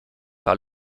par